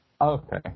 Okay